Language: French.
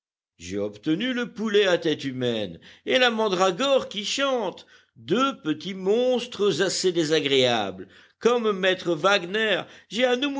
j'ai obtenu le poulet à tête humaine et la mandragore qui chante deux petits monstres assez désagréables comme maître wagner j'ai un